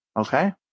okay